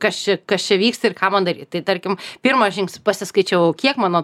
kas čia kas čia vyksta ir ką man daryt tai tarkim pirmą žingsnį pasiskaičiavau kiek mano